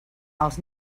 els